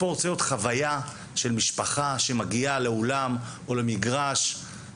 הספורט צריך להיות חוויה של משפחה שמגיעה לאולם או למגרש,